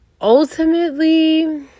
ultimately